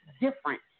different